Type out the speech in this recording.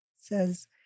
says